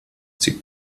sie